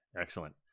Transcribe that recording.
Excellent